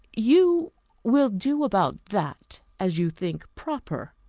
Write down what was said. you will do about that as you think proper,